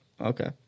okay